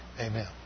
Amen